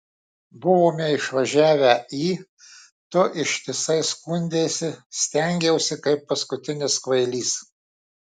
buvome išvažiavę į tu ištisai skundeisi stengiausi kaip paskutinis kvailys